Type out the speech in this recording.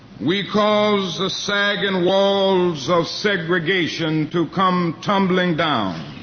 we caused the sagging walls of segregation to come tumbling down.